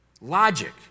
logic